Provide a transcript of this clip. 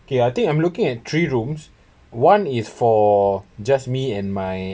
okay I think I'm looking at three rooms one is for just me and my